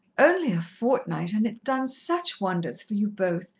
only a fortnight, and it's done such wonders for you both!